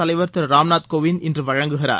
திரு ராம்நாத் கோவிந்த் இன்று வழங்குகிறார்